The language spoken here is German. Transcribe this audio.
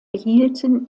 behielten